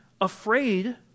afraid